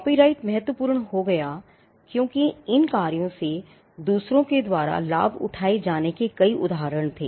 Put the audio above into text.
copyright महत्वपूर्ण हो गया क्योंकि इन कार्यों से दूसरों के द्वारा लाभ उठाए जाने के कई उदाहरण थे